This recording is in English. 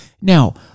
Now